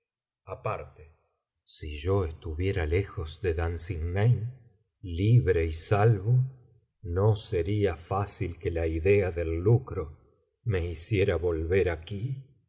méd ap si yo estuviera lejos de dunsinane libre y salvo no seria fácil que la idea del lucro me hiciera volver aquí